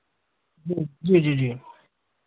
जी जी जी जी